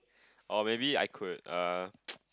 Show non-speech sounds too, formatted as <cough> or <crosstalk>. or maybe I could err <noise>